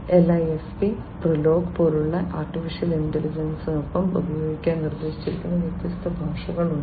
Lisp PROLOG പോലുള്ള AI യ്ക്കൊപ്പം ഉപയോഗിക്കാൻ നിർദ്ദേശിച്ചിരിക്കുന്ന വ്യത്യസ്ത ഭാഷകൾ ഉണ്ട്